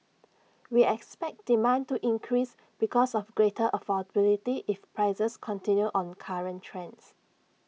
we expect demand to increase because of greater affordability if prices continue on current trends